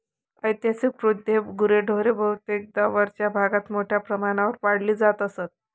ऐतिहासिकदृष्ट्या गुरेढोरे बहुतेकदा वरच्या भागात मोठ्या प्रमाणावर पाळली जात असत